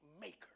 maker